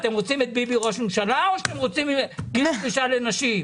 אתם רוצים את ביבי ראש ממשלה או שאתם רוצים פנסיה לנשים?